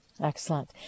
Excellent